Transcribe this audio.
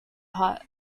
hut